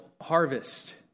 Harvest